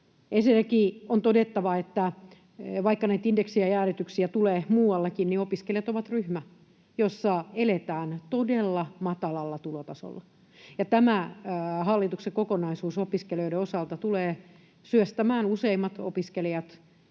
Ensinnäkin on todettava, että vaikka näitä indeksijäädytyksiä tulee muuallakin, niin opiskelijat ovat ryhmä, jossa eletään todella matalalla tulotasolla. Ja tämä hallituksen kokonaisuus opiskelijoiden osalta tulee syöksemään useimmat opiskelijat